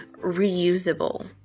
reusable